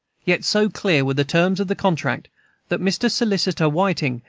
yet so clear were the terms of the contract that mr. solicitor whiting,